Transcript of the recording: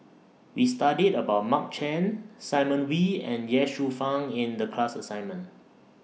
We studied about Mark Chan Simon Wee and Ye Shufang in The class assignment